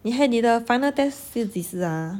你还你的 final test 是几时 ah